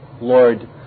Lord